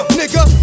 nigga